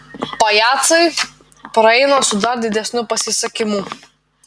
pajacai praeina su dar didesniu pasisekimu